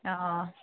অঁ